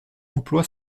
emploi